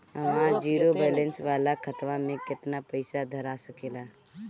हमार zero balance वाला खतवा म केतना पईसा धरा सकेला?